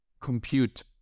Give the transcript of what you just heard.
compute